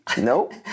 Nope